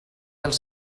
els